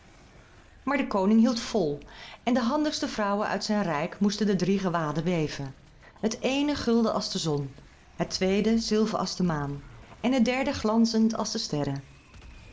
maar de koning hield vol en de handigste vrouwen uit zijn rijk moesten de drie gewaden weven het ééne gulden als de zon het tweede zilver als de maan en het derde glanzend als de sterren